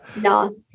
no